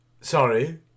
Sorry